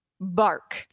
bark